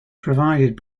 provided